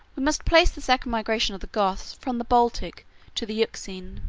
we must place the second migration of the goths from the baltic to the euxine